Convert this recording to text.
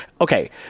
Okay